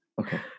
okay